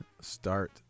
Start